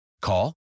Call